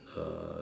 uh